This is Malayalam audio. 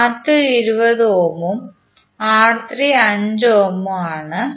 R2 20 ohm ഉം R3 5 ohms ഉം ആണ്